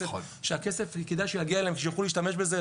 שכדאי שהכסף יגיע אליהם כדי שיוכלו להשתמש בזה,